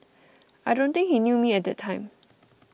I don't think he knew me at that time